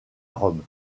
rome